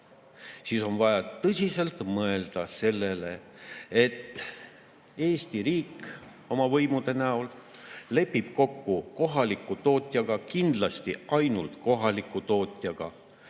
siis on vaja tõsiselt mõelda sellele, et Eesti riik oma võimude näol lepib kokku kohaliku tootjaga – kindlasti ainult kohaliku tootjaga